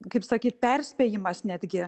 kaip sakyt perspėjimas netgi